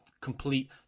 complete